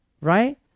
right